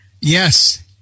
Yes